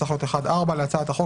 צריך להיות 1(4) להצעת החוק,